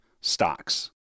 stocks